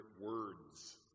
words